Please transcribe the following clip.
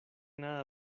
nada